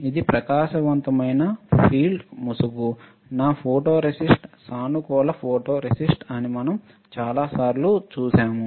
ఇది ప్రకాశవంతమైన ఫీల్డ్ ముసుగు నా ఫోటోరేసిస్ట్ సానుకూల ఫోటోరేసిస్ట్ అని మనం చాలాసార్లు చూశాము